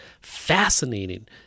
fascinating